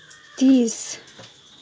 तिस